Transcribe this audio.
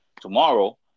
tomorrow